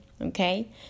okay